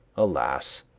alas!